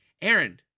Aaron